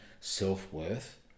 self-worth